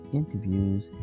interviews